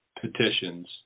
petitions